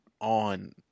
on